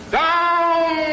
down